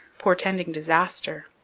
portending disaster.